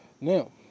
Now